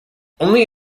only